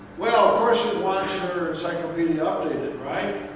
well, of course you want your encyclopedia updated, right?